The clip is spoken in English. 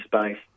space